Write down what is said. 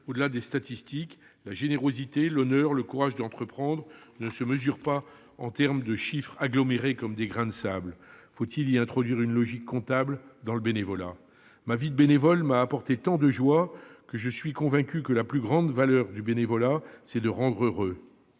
Au-delà des statistiques, la générosité, l'honneur, le courage d'entreprendre ne se mesurent pas en chiffres agglomérés comme des grains de sable. Faut-il introduire une logique comptable dans le bénévolat ? Ma vie de bénévole m'ayant apporté tant de joies, je suis convaincu que la plus grande vertu du bénévolat est de rendre heureux.